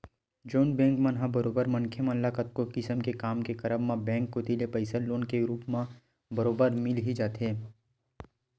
जउन बेंक मन ह बरोबर मनखे मन ल कतको किसम के काम के करब म बेंक कोती ले पइसा लोन के रुप म बरोबर मिल ही जाथे